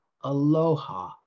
aloha